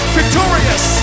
victorious